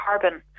carbon